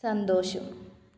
സന്തോഷം